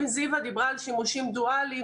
אם זיוה דיברה על שימושים דואליים,